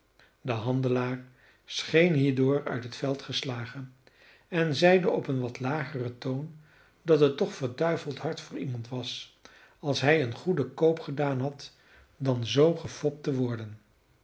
de handelaar scheen hierdoor uit het veld geslagen en zeide op een wat lageren toon dat het toch verduiveld hard voor iemand was als hij een goeden koop gedaan had dan zoo gefopt te worden